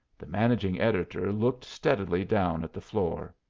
the managing editor looked steadily down at the floor.